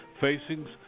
facing